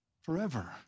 forever